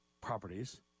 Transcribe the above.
properties